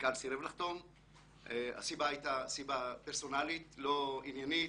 המנכ"ל סירב לחתום והסיבה הייתה סיבה פרסונלית לא עניינית.